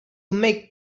make